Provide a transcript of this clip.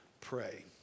pray